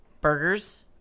Burgers